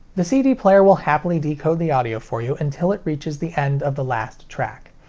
the cd player will happily decode the audio for you until it reaches the end of the last track.